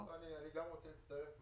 אני גם רוצה להצטרף,